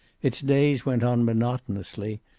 its days went on monotonously.